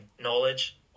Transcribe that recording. knowledge